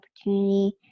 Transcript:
opportunity –